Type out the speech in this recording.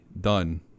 done